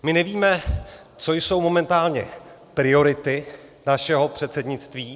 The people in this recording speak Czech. My nevíme, co jsou momentálně priority našeho předsednictví.